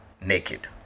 naked